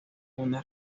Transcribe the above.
una